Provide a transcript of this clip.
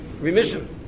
remission